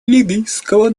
ливийского